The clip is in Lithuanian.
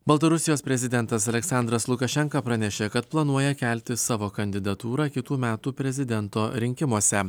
baltarusijos prezidentas aleksandras lukašenka pranešė kad planuoja kelti savo kandidatūrą kitų metų prezidento rinkimuose